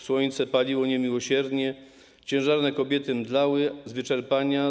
Słońce paliło niemiłosiernie, ciężarne kobiety mdlały z wyczerpania.